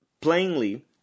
plainly